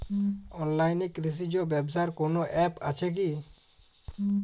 অনলাইনে কৃষিজ ব্যবসার কোন আ্যপ আছে কি?